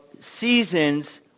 seasons